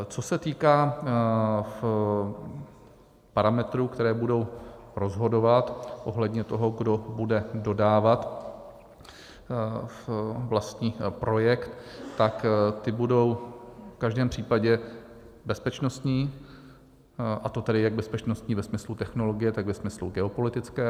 Co se týká parametrů, které budou rozhodovat ohledně toho, kdo bude dodávat vlastní projekt, tak ty budou v každém případě bezpečnostní, a to tedy jak bezpečnostní ve smyslu technologie, tak ve smyslu geopolitickém.